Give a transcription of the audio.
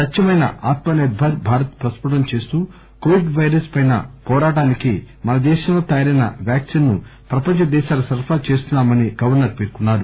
సత్సమైన ఆత్మ నిర్బర భారత్ ప్రస్పుటం చేస్తూ Covid virus పై పోరాటానికి మన దేశంలో తయారైన వ్యాక్పిన్ ను ప్రపంచ దేశాలకు సరఫరా చేస్తున్నా మని గవర్సర్ పేర్కొన్నారు